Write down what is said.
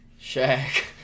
Shaq